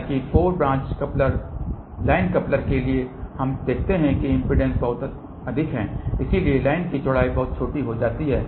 हालाँकि 4 branch line coupler के लिए हम देखते हैं कि इम्पीडेन्स बहुत अधिक है इसलिए लाइन की चौड़ाई बहुत छोटी हो जाती है